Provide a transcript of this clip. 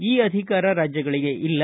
ಈ ಅಧಿಕಾರ ರಾಜ್ಯಗಳಿಗೆ ಇಲ್ಲ